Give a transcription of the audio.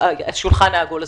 השולחן העגול הזה.